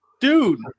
Dude